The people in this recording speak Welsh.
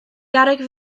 garreg